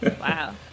Wow